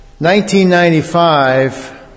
1995